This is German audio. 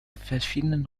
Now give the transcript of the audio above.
verschiedenen